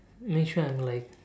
make sure I'm like